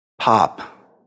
Pop